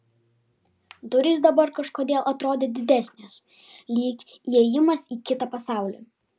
durys dabar kažkodėl atrodė didesnės lyg įėjimas į kitą pasaulį